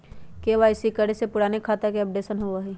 KYC करें से पुराने खाता के अपडेशन होवेई?